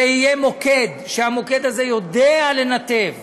שיהיה מוקד שיודע לנתב